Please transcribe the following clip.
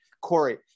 Corey